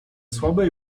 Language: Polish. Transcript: słabe